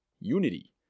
unity